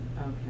Okay